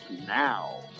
now